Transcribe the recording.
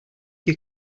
your